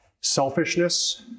Selfishness